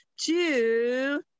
two